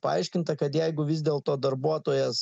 paaiškinta kad jeigu vis dėlto darbuotojas